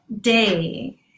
day